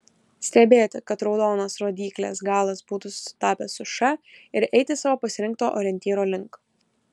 stebėti kad raudonas rodyklės galas būtų sutapęs su š ir eiti savo pasirinkto orientyro link